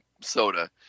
soda